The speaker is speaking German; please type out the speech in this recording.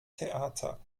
theater